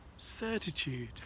Certitude